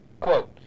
quote